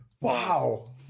Wow